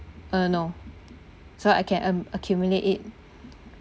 uh no so I can um accumulate it